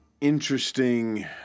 interesting